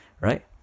right